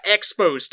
Expos